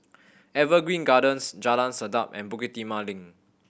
Evergreen Gardens Jalan Sedap and Bukit Timah Link